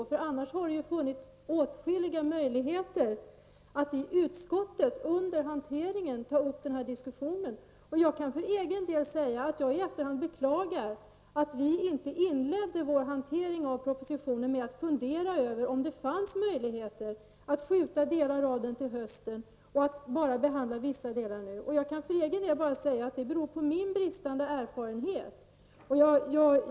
Det har annars funnits åtskilliga möjligheter att i utskottet under hanteringen ta upp denna fråga till diskussion. Jag kan i efterhand beklaga att vi inte inledde hanteringen av propositionen med att fundera över om det fanns möjligheter att skjuta upp delar av den till hösten och att behandla bara vissa delar nu. För min del beror det på min bristande erfarenhet.